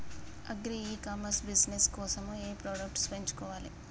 Agri e commerce business కోసము ఏ products ఎంచుకోవాలి?